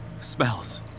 spells